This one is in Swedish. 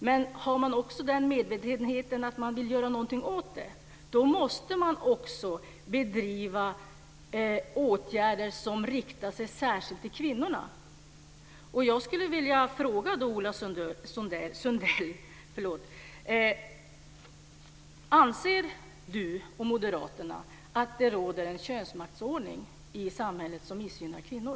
Men har man också den medvetenheten att man vill göra något åt det måste man också vidta åtgärder som riktar sig särskilt till kvinnorna. Moderaterna att det råder en könsmaktsordning i samhället som missgynnar kvinnor?